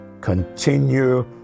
Continue